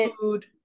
food